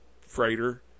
freighter